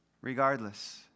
Regardless